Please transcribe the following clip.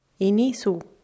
Inisu